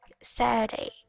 Saturday